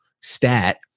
stat